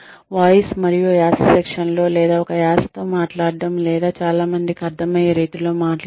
voice మరియు యాస శిక్షణ లో లేదా ఒక యాసతో మాట్లాడటం లేదా చాలా మందికి అర్థమయ్యే రీతిలో మాట్లాడటం